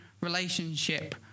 relationship